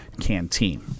Canteen